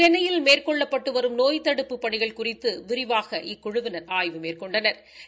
சென்னையில் மேற்கொள்ளப்பட்டு வரும் நோய் தடுப்புப் பணிகள் குறிதது விரிவாக இக்குழுவினா் ஆய்வு மேற்கொண்டனா்